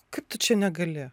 kaip tu čia negali